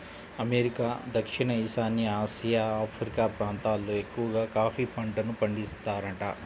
America, దక్షిణ ఈశాన్య Asia, Africa ప్రాంతాలల్లో ఎక్కవగా కాఫీ పంటను పండిత్తారంట